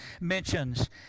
mentions